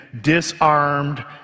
disarmed